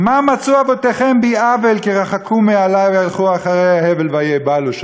"מה מצאו אבותיכם בי עָוֶל כי רחקו מעלי והלכו אחרי הבל ויהבלו",